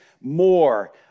more